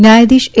ન્યાયાધીશ એ